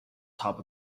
top